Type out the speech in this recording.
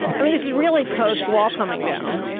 i mean this is really post-wall coming down,